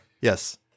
yes